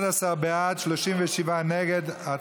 אדוני שר התיירות ושרים אחרים,